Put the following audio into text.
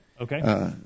okay